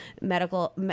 medical